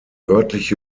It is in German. örtliche